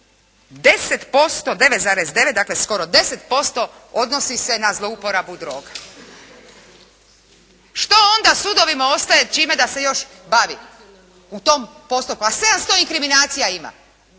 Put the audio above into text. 10%, 9,9, dakle skoro 10% odnosi se na zlouporabu droga. Što onda sudovima ostaje čime da se još bavi u tom postotku. Pa 700 inkriminacija ima.